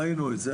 ראינו את זה,